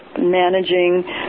managing